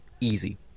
easy